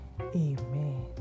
Amen